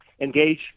engage